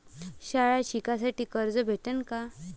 शाळा शिकासाठी कर्ज भेटन का?